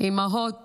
אימהות